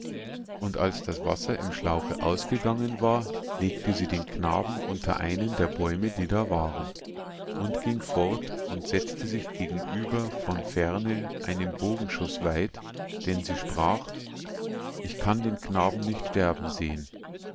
und als das wasser im schlauche ausgegangen war legte sie den knaben unter einen der bäume die da waren und ging fort und setzte sich gegenüber von ferne einen bogenschuß weit denn sie sprach ich kann den knaben nicht sterben sehen